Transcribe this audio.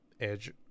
edge